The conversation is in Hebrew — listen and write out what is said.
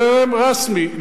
חרם רשׂמי.